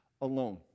alone